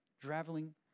Traveling